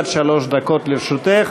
עד שלוש דקות לרשותך.